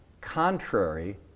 contrary